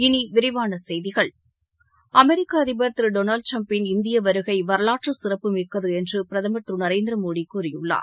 இனி விரிவான செய்திகள் அமெரிக்க அதிபர் திரு டொனால்டு ட்டிரம்பின் இந்திய வருகை வரலாற்று சிறப்புமிக்கது என்று பிரதமர் திரு நரேந்திர மோடி கூறியுள்ளார்